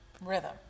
rhythm